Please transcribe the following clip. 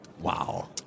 wow